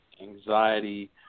anxiety